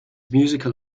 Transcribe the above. musical